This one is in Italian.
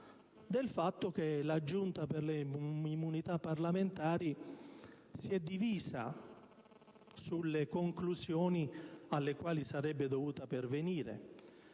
del fatto che la Giunta delle elezione e delle immunità parlamentari si è divisa sulle conclusioni alle quali sarebbe dovuta pervenire.